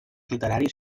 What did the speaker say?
literaris